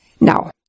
Now